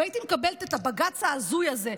והייתי מקבלת את הבג"ץ ההזוי הזה,